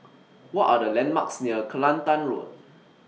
What Are The landmarks near Kelantan Road